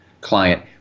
client